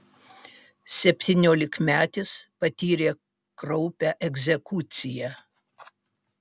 septyniolikmetis patyrė kraupią egzekuciją